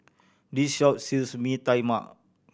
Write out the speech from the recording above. this shop sells Mee Tai Mak